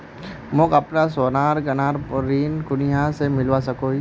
मोक अपना सोनार गहनार पोर ऋण कुनियाँ से मिलवा सको हो?